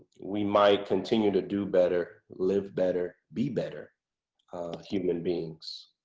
we might continue to do better, live better, be better human beings.